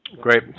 Great